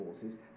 forces